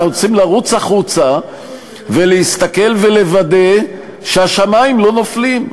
אנחנו צריכים לרוץ החוצה ולהסתכל ולוודא שהשמים לא נופלים.